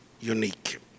unique